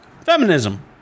Feminism